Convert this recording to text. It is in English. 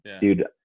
dude